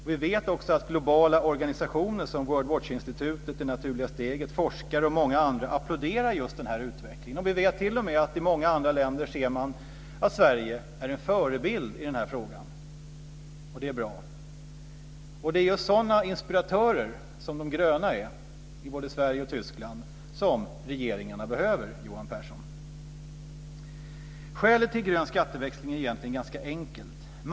Det är sådana inspiratörer som de gröna är i både Sverige och Tyskland som regeringarna behöver, Johan Pehrson. Skälet till grön skatteväxling är egentligen ganska enkelt.